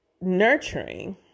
nurturing